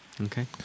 Okay